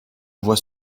vois